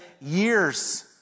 years